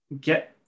get